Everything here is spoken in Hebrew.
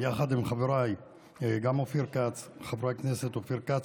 עם חבריי חבר הכנסת אופיר כץ,